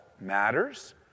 matters